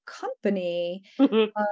company